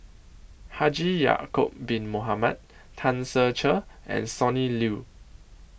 Haji Ya'Acob Bin Mohamed Tan Ser Cher and Sonny Liew